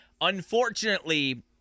Unfortunately